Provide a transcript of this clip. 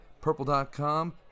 purple.com